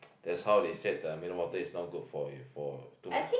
that's how they said the mineral water is not good for you for two months